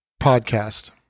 podcast